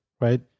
right